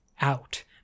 out